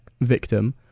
victim